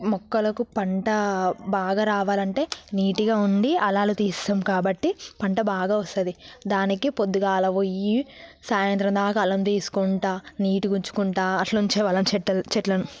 మొక్కలకు పంట బాగా రావాలంటే నీట్గా ఉండి అలములు తీస్తాము కాబట్టి పంట బాగా వస్తుంది దానికి పొద్దున్నే పోయి సాయంత్రం దాకా అలము తీసుకుంటూ నీట్గా ఉంచుకుంటూ అలా ఉంచే వాళ్ళము చెట్ల చెట్లను